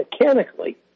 mechanically